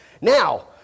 Now